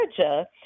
Georgia